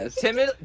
Timmy